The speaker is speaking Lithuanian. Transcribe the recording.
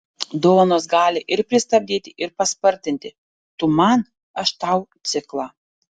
dovanos gali ir pristabdyti ir paspartinti tu man aš tau ciklą